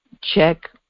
Check